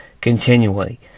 continually